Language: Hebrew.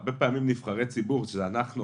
הרבה פעמים נבחרי ציבור שזה אנחנו עכשיו,